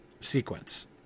sequence